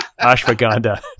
ashwagandha